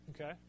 Okay